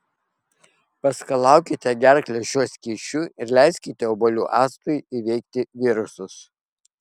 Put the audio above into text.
paskalaukite gerklę šiuo skysčiu ir leiskite obuolių actui įveikti virusus